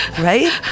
Right